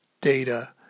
data